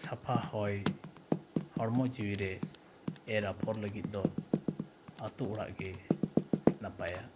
ᱥᱟᱯᱷᱟ ᱦᱚᱭ ᱦᱚᱲᱢᱚ ᱡᱤᱣᱤᱨᱮ ᱮᱨᱻ ᱟᱯᱷᱚᱨ ᱞᱟᱹᱜᱤᱫ ᱫᱚ ᱟᱛᱳᱼᱚᱲᱟᱜ ᱜᱮ ᱱᱟᱯᱟᱭᱟ